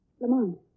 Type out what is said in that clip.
Lamont